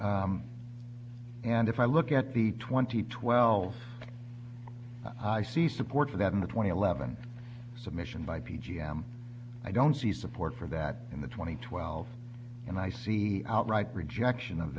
yes and if i look at the twenty twelve i see support for that in the twentieth eleven submission by p g m i don't see support for that in the twenty twelve and i see outright rejection of